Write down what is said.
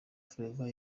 flavour